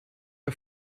ihr